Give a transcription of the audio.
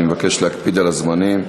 אני מבקש להקפיד על הזמנים.